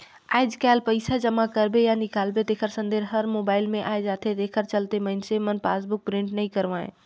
आयज कायल पइसा जमा करबे या निकालबे तेखर संदेश हर मोबइल मे आये जाथे तेखर चलते मइनसे मन पासबुक प्रिंट नइ करवायें